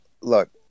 look